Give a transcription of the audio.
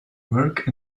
work